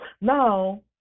Now